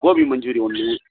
கோபி மஞ்சூரி ஒன்று